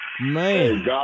Man